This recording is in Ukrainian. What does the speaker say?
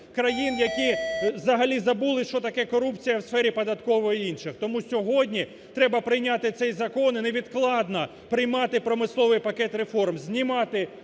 країн, які взагалі забули, що таке корупція в сфері податкової і інших. Тому сьогодні треба прийняти цей закон і невідкладно приймати промисловий пакет реформ, знімати